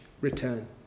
return